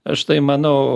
aš tai manau